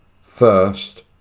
first